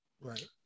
Right